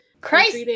Christ